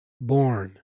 Born